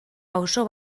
pauso